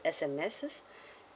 S_M_S